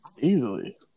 Easily